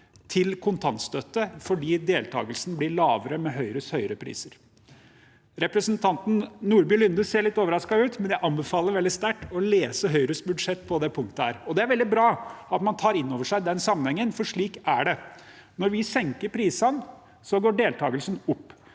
til kontantstøtte, fordi deltakelsen blir lavere med Høyres høyere priser. Representanten Nordby Lunde ser litt overrasket ut, men jeg anbefaler veldig sterkt å lese Høyres budsjett på det punktet. Det er veldig bra at man tar inn over seg den sammenhengen, for slik er det. Når vi senker prisene, går deltakelsen opp.